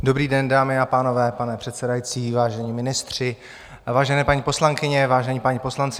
Dobrý den, dámy a pánové, pane předsedající, vážení ministři, vážené paní poslankyně, vážení páni poslanci.